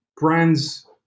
brands